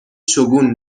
شگون